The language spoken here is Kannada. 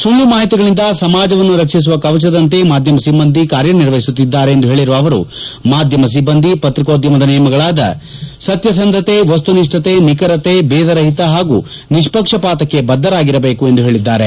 ಸುಳ್ದು ಮಾಹಿತಿಗಳಿಂದ ಸಮಾಜವನ್ನು ರಕ್ಷಿಸುವ ಕವಚದಂತೆ ಮಾಧ್ಯಮ ಸಿಬ್ಬಂದಿ ಕಾರ್ಯ ನಿರ್ವಹಿಸುತ್ತಾರೆ ಎಂದು ಹೇಳಿರುವ ಅವರು ಮಾಧ್ಯಮ ಸಿಬ್ಬಂದಿ ಪತ್ರಿಕೋದ್ದಮದ ನಿಯಮಗಳಾದ ಸತ್ಯಸಂದತೆ ವಸ್ತುನಿಷ್ಟತೆ ನಿಖರತೆ ಭೇದ ರಹಿತ ಹಾಗೂ ನಿಷ್ಷಕ್ಷಪಾತಕ್ಕೆ ಬದ್ದರಾಗಿರಬೇಕು ಎಂದು ಹೇಳಿದ್ದಾರೆ